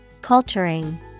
Culturing